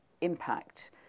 impact